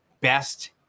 best